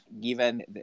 given